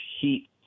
heat